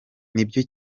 nibyo